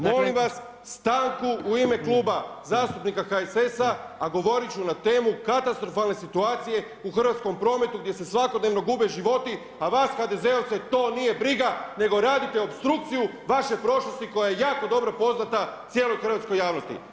Molim vas stanku u ime Kluba zastupnika HSS-a a govorit ću na temu katastrofalne situacije u hrvatskom prometu gdje se svakodnevno gube životi a vas HDZ-ovce to nije briga nego radite opstrukcije vaše prošlosti koja je jako dobro poznata cijeloj hrvatskoj javnosti.